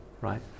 right